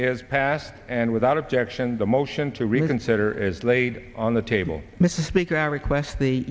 is passed and without objection the motion to reconsider is laid on the table mr speaker i request the